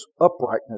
uprightness